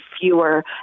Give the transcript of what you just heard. fewer